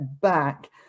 back